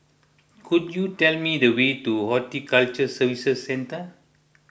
could you tell me the way to Horticulture Services Centre